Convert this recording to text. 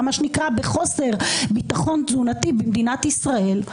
מה שנקרא "בחוסר ביטחון תזונתי" במדינת ישראל,